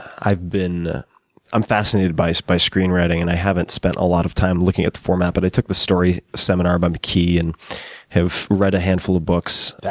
i've been i'm fascinated by by screenwriting, and i haven't spent a lot of time looking at the format. but i took this story seminar by mckee, and have read a handful of books.